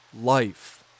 life